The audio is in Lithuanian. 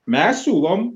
mes siūlom